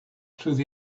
through